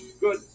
good